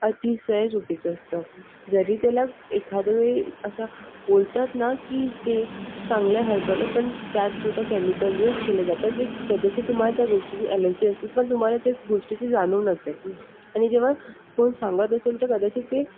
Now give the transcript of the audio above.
अतिशय चुकीचं असतं जरी त्याला एखाद्यावेळी असं बोलतात ना की ते चांगले हर्बल आहे पण त्यात सुद्धा केमिकल यूज केले जातात जे कधीचे तुम्हा त्या गोष्टीची एलर्जी असते पण तुम्हाला त्या गोष्टीची जाणीव नसते आणि जेव्हा कोण सांगत असेल तर कदाचित ते